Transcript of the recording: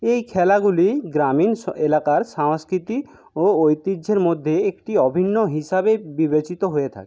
এই খেলাগুলি গ্রামীণ এলাকার সংস্কৃতি ও ঐতিহ্যের মধ্যে একটি অভিন্ন হিসাবে বিবেচিত হয়ে থাকে